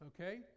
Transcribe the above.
Okay